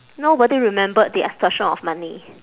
nobody remembered the extortion of money